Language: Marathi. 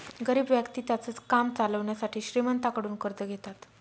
गरीब व्यक्ति त्यांचं काम चालवण्यासाठी श्रीमंतांकडून कर्ज घेतात